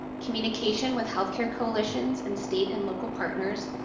communication with healthcare coalitions and state and local partners,